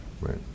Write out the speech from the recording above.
right